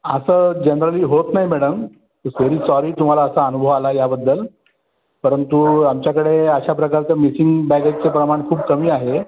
असं जनरली होत नाही मॅडम व्हेरी सॉरी तुम्हाला असा अनुभव आला याबद्दल परंतु आमच्याकडे अशा प्रकारचं मिसिंग बॅगेजचं प्रमाण खूप कमी आहे